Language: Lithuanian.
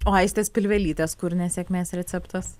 o aistės pilvelytės kur nesėkmės receptas